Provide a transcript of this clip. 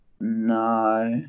no